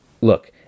Look